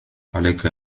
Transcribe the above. عليك